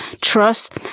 trust